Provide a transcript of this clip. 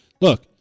Look